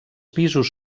pisos